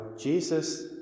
Jesus